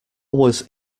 was